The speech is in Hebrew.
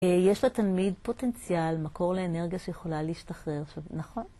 יש לתלמיד פוטנציאל, מקור לאנרגיה שיכולה להשתחרר עכשיו, נכון.